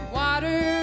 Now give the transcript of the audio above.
water